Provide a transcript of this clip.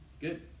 Good